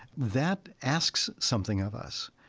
that asks something of us.